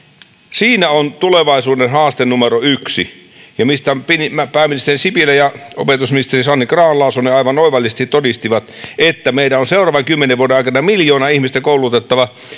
siinä on tulevaisuuden haaste numero yksi mistä pääministeri sipilä ja opetusministeri sanni grahn laasonen aivan oivallisesti todistivat että meidän on seuraavan kymmenen vuoden aikana koulutettava